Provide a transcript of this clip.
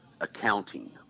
accounting